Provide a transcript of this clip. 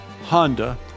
Honda